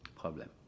problem.